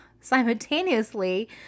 simultaneously